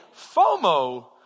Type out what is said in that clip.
FOMO